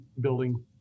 building